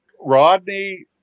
Rodney